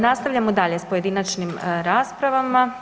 Nastavljamo dalje s pojedinačnim raspravama.